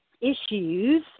issues